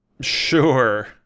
Sure